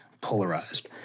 polarized